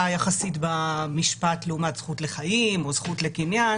יחסית במשפט לעומת זכות לחיים או זכות לקניין,